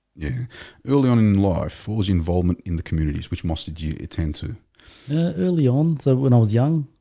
yeah early on in life for his involvement in the communities, which mustard you attend to early on so when i was young,